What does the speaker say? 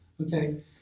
okay